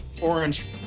Orange